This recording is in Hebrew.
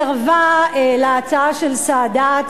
סירבה להצעה של סאדאת,